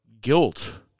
guilt